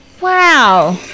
Wow